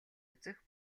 үзэх